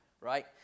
right